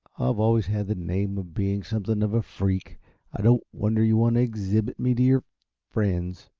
i've always had the name of being something of a freak i don't wonder you want to exhibit me to your friends.